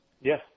Yes